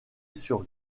sur